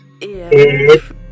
If-